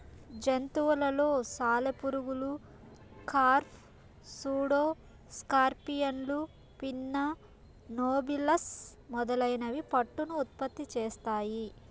జంతువులలో సాలెపురుగులు, కార్ఫ్, సూడో స్కార్పియన్లు, పిన్నా నోబిలస్ మొదలైనవి పట్టును ఉత్పత్తి చేస్తాయి